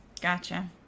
Gotcha